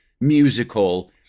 musical